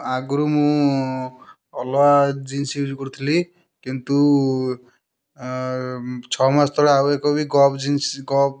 ଆଗରୁ ମୁଁ ଅଲଗା ଜିନ୍ସ ୟୁଜ୍ କରୁଥିଲି କିନ୍ତୁ ଛଅ ମାସ ତଳେ ଆଉ ଏକ ବି ଗବ୍ ଜିନ୍ସ ଗବ୍